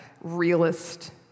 realist